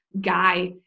guy